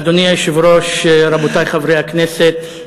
אדוני היושב-ראש, רבותי חברי הכנסת,